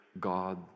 God